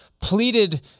pleaded